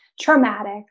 traumatic